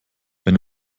wenn